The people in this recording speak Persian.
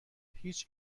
هیچ